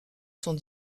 sont